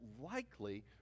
likely